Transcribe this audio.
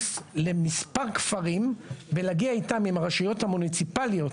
להיכנס למספר כפרים ולהגיע איתם לרשויות המוניציפליות